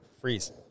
freeze